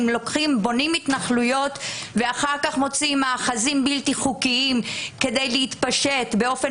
הם בונים התנחלויות ואחר כך מוצאים מאחזים בלתי חוקיים כדי להתפשט באופן